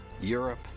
Europe